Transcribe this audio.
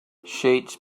sheets